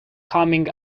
coming